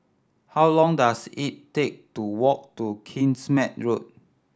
how long does it take to walk to Kingsmead Road